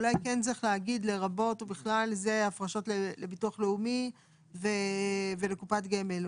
אולי כן צריך להגיד לרבות ובכלל זה הפרשות לביטוח לאומי וקופת גמל.